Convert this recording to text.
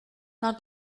now